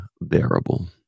unbearable